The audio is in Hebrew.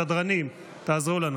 סדרנים, תעזרו לנו.